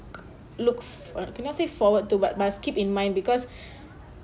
looks uh cannot say forward to but must keep in mind because